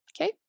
Okay